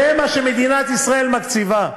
זה מה שמדינת ישראל מקציבה.